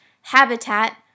habitat